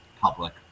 public